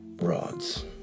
Rods